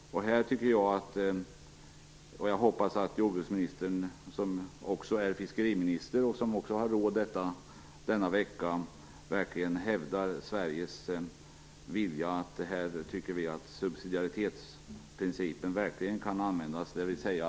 Jag hoppas att jordbruksministern, som också är fiskeriminister, verkligen hävdar Sveriges vilja att subsidiaritetsprincipen skall gälla.